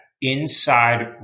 inside